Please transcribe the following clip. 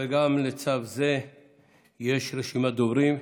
וגם לצו זה יש רשימת דוברים: